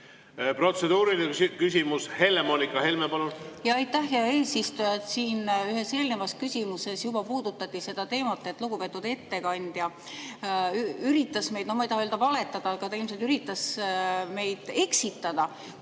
Protseduuriline küsimus, Helle‑Moonika Helme, palun!